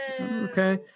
Okay